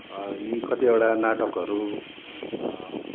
यी कत्तिवटा नाटकहरू